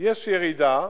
יש ירידה.